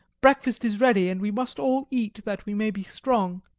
breakfast is ready, and we must all eat that we may be strong.